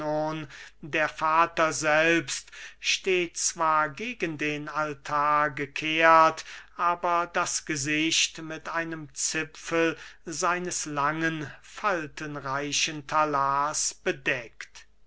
der vater selbst steht zwar gegen den altar gekehrt aber das gesicht mit einem zipfel seines langen faltenreichen talars bedeckt